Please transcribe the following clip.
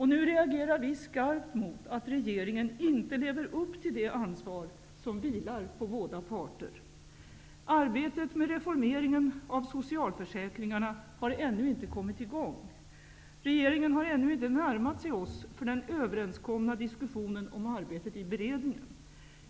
Nu reagerar vi skarpt mot att regeringen inte lever upp till det ansvar som vilar på båda parter. Arbetet med reformeringen av socialförsäk ringarna har ännu inte kommit i gång. Regeringen har ännu inte närmat sig oss för den överens komna diskussionen om arbetet i beredningen.